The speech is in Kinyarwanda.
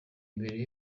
mbere